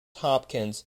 hopkins